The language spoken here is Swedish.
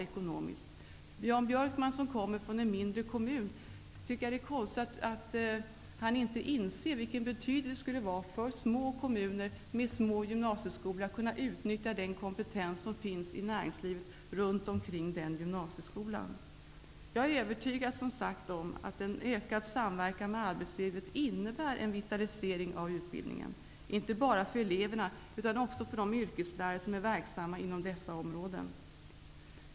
Jag tycker att det konstigt att Jan Björkman, som kommer från en mindre kommun, inte inser vilken betydelse det har för små kommuner med små gymnasieskolor att kunna utnyttja den kompetens som finns i näringslivet runt omkring den gymnasieskolan. Jag är, som sagt, övertygad om att en ökad samverkan med arbetslivet innebär en vitalisering av utbildningen, inte bara för eleverna utan också för de yrkeslärare som är verksamma inom dessa områden.